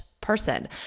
person